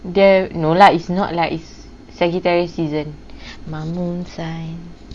there's no lah it's not lah it's sagittarius season my moon sign